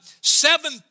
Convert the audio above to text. seven